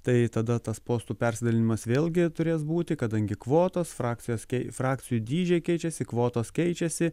tai tada tas postų persidalijimas vėlgi turės būti kadangi kvotos frakcijos frakcijų dydžiai keičiasi kvotos keičiasi